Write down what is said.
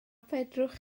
fedrwch